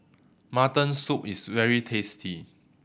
mutton soup is very tasty